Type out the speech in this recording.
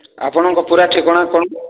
ଆପଣଙ୍କ ପୁରା ଠିକଣା କ'ଣ